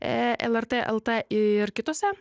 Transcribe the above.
e lrt lt ir kitose